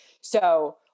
So-